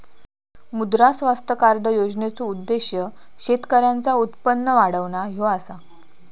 मुद्रा स्वास्थ्य कार्ड योजनेचो उद्देश्य शेतकऱ्यांचा उत्पन्न वाढवणा ह्यो असा